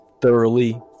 thoroughly